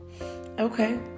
Okay